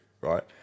Right